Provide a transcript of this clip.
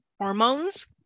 Hormones